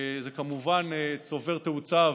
זה כמובן צובר תאוצה,